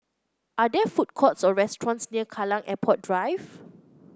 are there food courts or restaurants near Kallang Airport Drive